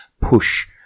push